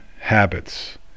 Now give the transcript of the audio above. habits